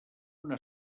una